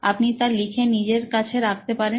আপনি তা লিখে নিজের কাছে রাখতে পারেন